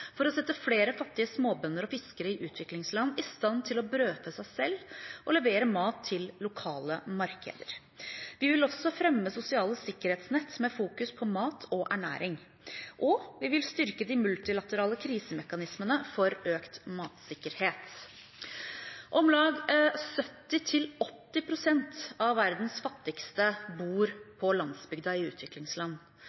for å sette flere fattige småbønder og fiskere i utviklingsland i stand til å brødfø seg selv og levere mat til lokale markeder. Vi vil også fremme sosiale sikkerhetsnett med fokus på mat og ernæring, og vi vil styrke de multilaterale krisemekanismene for økt matsikkerhet. Om lag 70–80 prosent av verdens fattigste bor